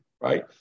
right